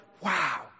wow